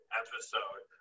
episode